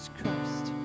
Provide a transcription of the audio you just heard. Christ